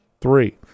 Three